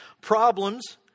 Problems